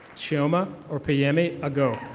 sheoma orpeyami ago.